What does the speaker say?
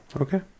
Okay